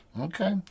Okay